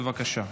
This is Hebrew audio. בבקשה.